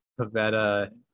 Pavetta